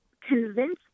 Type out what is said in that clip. convince